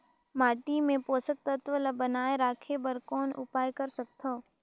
माटी मे पोषक तत्व ल बनाय राखे बर कौन उपाय कर सकथव?